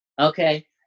Okay